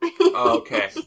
Okay